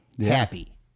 happy